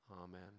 Amen